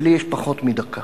ולי יש פחות מדקה.